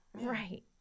Right